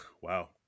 Wow